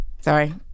Sorry